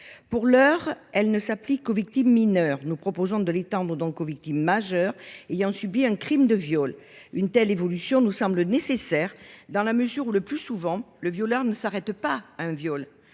Pour l’heure, elle ne s’applique qu’aux victimes mineures ; nous proposons de l’étendre aux victimes majeures ayant subi un crime de viol. Une telle évolution semble nécessaire dans la mesure où, le plus souvent, le violeur ne commet pas à un seul